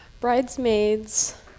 Bridesmaids